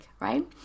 right